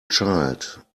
child